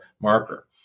marker